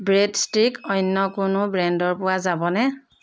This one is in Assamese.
ব্ৰেড ষ্টিক অন্য কোনো ব্ৰেণ্ডৰ পোৱা যাবনে